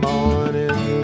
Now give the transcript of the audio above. Morning